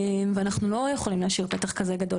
ואנחנו לא יכולים להשאיר פתח גדול כזה